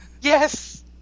yes